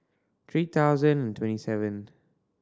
three thousand and twenty seventh